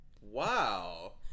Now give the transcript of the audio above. Wow